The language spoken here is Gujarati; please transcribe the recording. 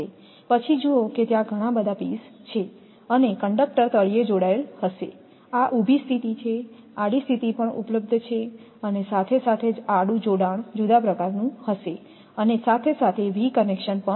પછી જુઓ કે ત્યાં ઘણા બધા પીસ છે અને કંડક્ટર તળિયે જોડાયેલ હશે આ ઉભી સ્થિતિ છે આડી સ્થિતિ પણ ઉપલબ્ધ છેઅને સાથે સાથે આડું જોડાણ જુદા પ્રકારનું હશે અને સાથે સાથે વી કનેક્શન્સ પણ છે